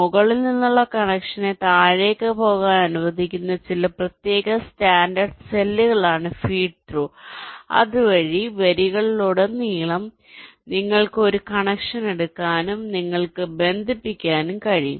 മുകളിൽ നിന്നുള്ള കണക്ഷനെ താഴേക്ക് പോകാൻ അനുവദിക്കുന്ന ചില പ്രത്യേക സ്റ്റാൻഡേർഡ് സെല്ലുകളാണ് ഫീഡ് ത്രൂ അതുവഴി വരികളിലുടനീളം നിങ്ങൾക്ക് ഒരു കണക്ഷൻ എടുക്കാനും നിങ്ങൾക്ക് ബന്ധിപ്പിക്കാനും കഴിയും